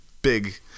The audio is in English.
Big